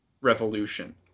revolution